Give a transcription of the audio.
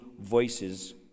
voices